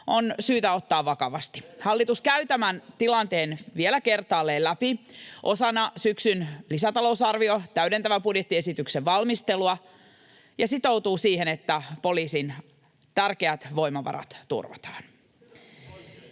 asiat kuntoon?] Hallitus käy tämän tilanteen vielä kertaalleen läpi osana syksyn lisätalousarvion, täydentävän budjettiesityksen, valmistelua ja sitoutuu siihen, että poliisin tärkeät voimavarat turvataan.